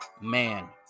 man